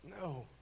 No